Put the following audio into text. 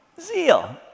Zeal